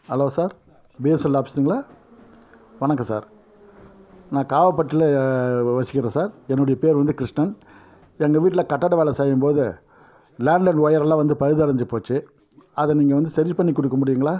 hello sir BSNL ஆஃபிஸுங்களா வணக்கம் sir நான் காவப்பட்டில் வசிக்கிறேன் சார் என்னுடைய பேர் வந்து கிருஷ்ணன் எங்கள் வீட்டில் கட்டிட வேலை செய்யும் போது லேண்ட் லைன் ஒயரெல்லாம் வந்து பழுதடைஞ்சுப் போச்சு அதை நீங்கள் வந்து சரி பண்ணிக் கொடுக்க முடியுங்களா